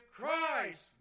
Christ